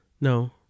no